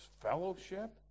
fellowship